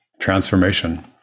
transformation